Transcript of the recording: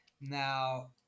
Now